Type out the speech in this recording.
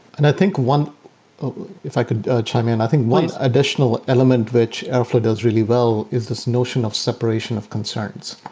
and i think one if i could chime in. i think one additional element which airflow does really well is this notion of separation of concerns.